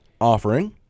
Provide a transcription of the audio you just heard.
offering